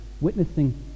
witnessing